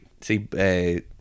see